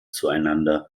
zueinander